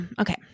Okay